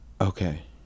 okay